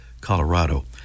Colorado